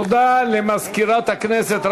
תודה למזכירת הכנסת.